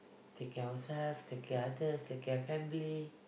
take care of yourself take care others take care of family